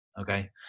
okay